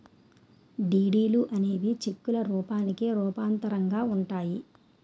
డీడీలు అనేవి చెక్కుల రూపానికి రూపాంతరంగా ఉంటాయి